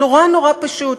נורא נורא פשוט.